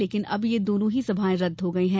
लेकिन अब ये दोनो ही सभायें रदद हो गई है